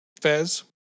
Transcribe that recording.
Fez